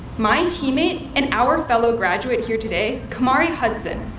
my teammate and our fellow graduate here today, kamari hudson,